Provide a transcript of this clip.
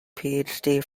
phd